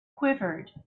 quivered